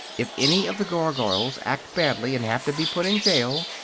if any of the gargoyles act badly, and have to be put in jail,